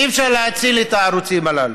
אי-אפשר להציל את הערוצים הללו,